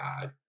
God